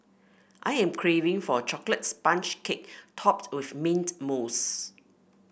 I am craving for a chocolate sponge cake topped with mint mousse